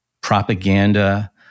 Propaganda